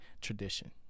tradition